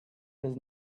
has